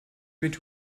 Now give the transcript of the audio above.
mit